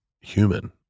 human